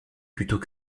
plutôt